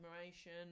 admiration